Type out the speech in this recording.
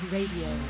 Radio